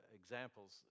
examples